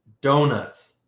Donuts